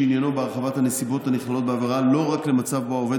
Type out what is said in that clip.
שעניינו הרחבת הנסיבות הנכללות בעבירה לא רק למצב שבו העובד